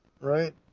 Right